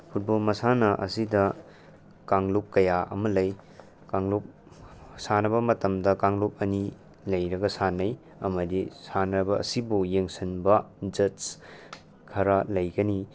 football ꯃꯁꯥꯟꯅ ꯑꯁꯤꯗ ꯀꯥꯡꯂꯨꯞ ꯀꯌꯥ ꯑꯃ ꯂꯩ ꯀꯥꯡꯂꯨꯞ ꯁꯥꯟꯅꯕ ꯃꯇꯝꯗ ꯀꯥꯡꯂꯨꯞ ꯑꯅꯤ ꯂꯩꯔꯒ ꯁꯥꯟꯅꯩ ꯑꯃꯗꯤ ꯁꯥꯟꯅꯕ ꯑꯁꯤꯕꯨ ꯌꯦꯡꯁꯟꯕ ꯖꯠꯁ ꯈꯔ ꯂꯩꯒꯅꯤ